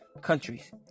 countries